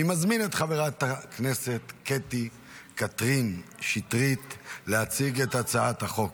אני מזמין את חברת הכנסת קטי קטרין שטרית להציג את הצעת החוק.